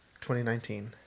2019